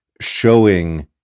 showing